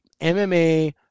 MMA